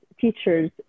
teachers